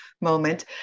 moment